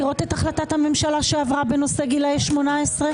יש גם התחייבות של רכז הקואליציה.